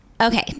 Okay